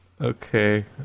Okay